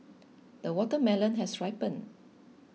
the watermelon has ripened